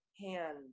hand